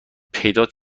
پیدات